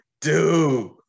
dude